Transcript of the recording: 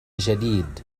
جديد